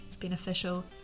beneficial